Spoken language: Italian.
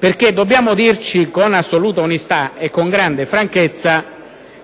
infatti dirci con assoluta umiltà e con grande franchezza